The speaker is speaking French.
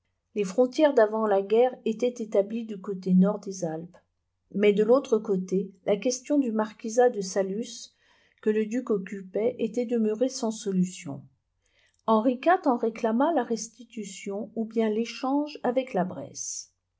les frontières d avant la guerre étaient rétablies de côté nord des alpes mais de l'autre côté la question du marquisat de saluées que le duc occupait était demeurée sans solution henri iv en réclama la restitution ou bien l'échange avec la bresse